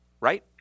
Right